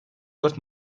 dört